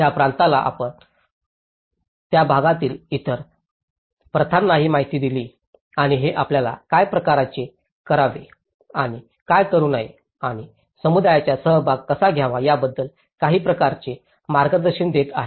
त्या प्रांताला व त्या भागातील इतर प्रथांनाही माहिती दिली आणि हे आपल्याला काय प्रकारचे करावे आणि काय करू नये आणि समुदायाचा सहभाग कसा घ्यावा याबद्दल काही प्रकारचे मार्गदर्शनही देत आहे